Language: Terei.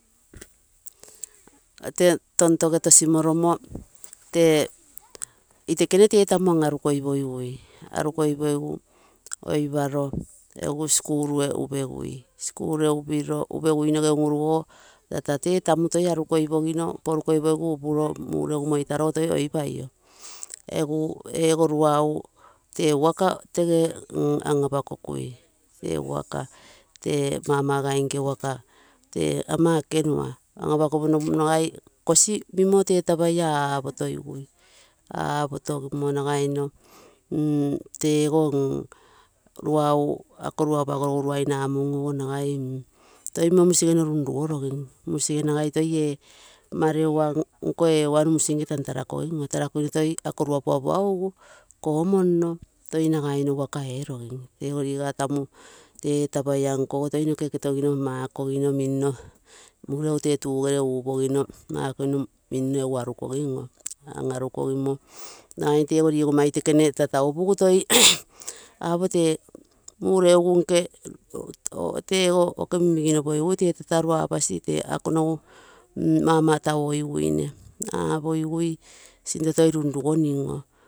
Tee tontoge tosimoromo itekene tee tamuu an arukoi pogigui, anui koi pogigu oiparoo egu skul ee upegui, skul ee upeguinogo uru uruguogo tata tee tamu toi anikoi pogino upuro mureupu moi taroo toi oipai oo. Egu ego luau tee woka tege an apakokui, ee woka tee mamagai nke woka tee ama ekenua an apakomo nomu mimo nagai tee kosi miroio oipotokui, apotogimo nagai nno mm tego mau ako rua apagogu mai namusu nagai toi mimo musige runrugosi musige mareua nkoo musi nke tantarakogim oo, kogomono toi nagai woka erogim, ego riga tamu ego fapaia nko ogo toi noke eketogino makogino mino egu toi tugere upogino makogino mino egu anikogim oo an arukogimo nagai tego ligoma itekene upugu toi apo tee mureugu nke tego okee min migi nopo gigue ropa apasi tee akonogu mamatau pogiguine apogigui sinto toi run rugonim oo.